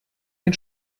den